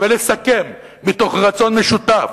ולסכם מתוך רצון משותף,